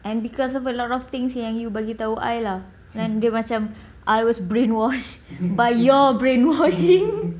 and because of a lot of things eh yang you bagi [tau] I lah and dia macam I was brainwashed by your brainwashing